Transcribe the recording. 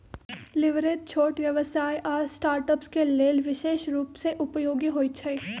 leverage छोट व्यवसाय आऽ स्टार्टअप्स के लेल विशेष रूप से उपयोगी होइ छइ